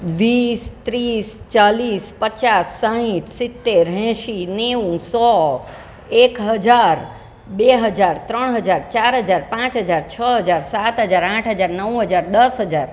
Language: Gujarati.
વીસ ત્રીસ ચાલીસ પચાસ સાઠ સિત્તેર એંસી નેવું સો એક હજાર બે હજાર ત્રણ હજાર ચાર હજાર પાંચ હજાર છ હજાર સાત હજાર આઠ હજાર નવ હજાર દસ હજાર